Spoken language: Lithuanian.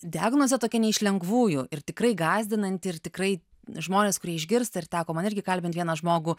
diagnozė tokia ne iš lengvųjų ir tikrai gąsdinanti ir tikrai žmonės kurie išgirsta ir teko man irgi kalbint vieną žmogų